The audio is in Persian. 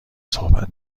صحبت